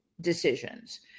decisions